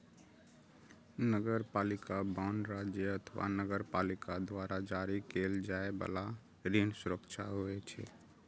नगरपालिका बांड राज्य अथवा नगरपालिका द्वारा जारी कैल जाइ बला ऋण सुरक्षा होइ छै